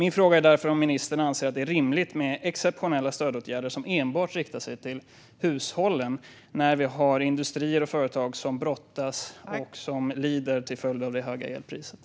Anser ministern att det är rimligt med exceptionella stödåtgärder som enbart riktar sig till hushållen när det finns industrier och företag som lider till följd av det höga elpriset?